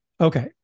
Okay